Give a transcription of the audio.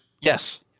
Yes